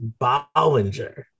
Bollinger